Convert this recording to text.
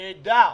נהדר.